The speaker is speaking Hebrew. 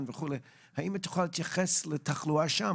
האם את יכולה להתייחס לתחלואה שם?